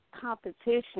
competition